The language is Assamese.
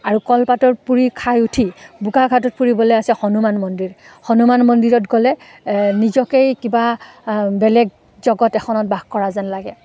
আৰু কলপাতৰ পুৰি খাই উঠি বোকাখাটত ফুৰিবলৈ আছে হনুমান মন্দিৰ হনুমান মন্দিৰত গ'লে নিজকেই কিবা বেলেগ জগত এখনত বাস কৰা যেন লাগে